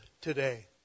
today